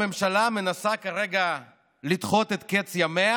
הממשלה מנסה כרגע לדחות את קץ ימיה